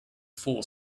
four